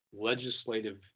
legislative